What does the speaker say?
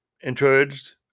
encouraged